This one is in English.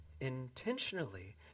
intentionally